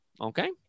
Okay